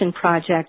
project